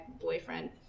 boyfriend